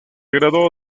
graduó